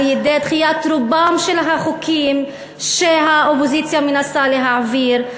על-ידי דחיית רובם של החוקים שהאופוזיציה מנסה להעביר,